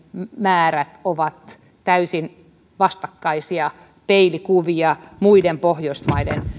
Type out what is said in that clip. määrät ovat täysin vastakkaisia peilikuvia muiden pohjoismaiden